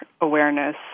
awareness